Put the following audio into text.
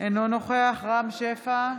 אינו נוכח רם שפע,